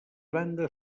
banda